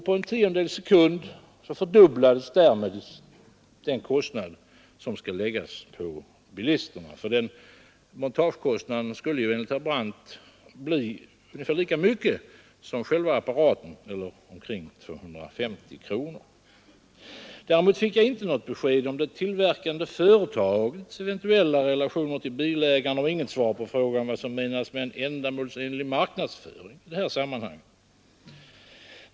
På en tiondels sekund fördubblades därmed den kostnad som skall läggas på bilisterna, för den montagekostnaden skall ju enligt herr Brandt bli ungefär lika hög som själva apparatens pris, eller omkring 250 kronor. Däremot fick jag inte något besked om det tillverkande företagets eventuella relationer till bilägarna och inget svar på frågan vad som menas med en ändamålsenlig marknadsföring i detta sammanhang.